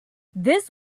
this